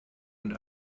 und